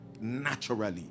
naturally